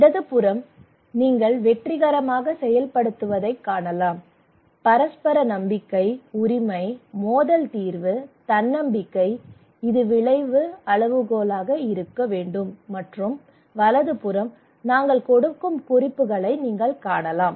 இடது புறம் நீங்கள் வெற்றிகரமாக செயல்படுத்தப்படுவதைக் காணலாம் பரஸ்பர நம்பிக்கை உரிமை மோதல் தீர்வு தன்னம்பிக்கை இது விளைவு அளவுகோலாக இருக்க வேண்டும் மற்றும் வலது புறம் நாங்கள் கொடுக்கும் குறிப்புகளைக் காணலாம்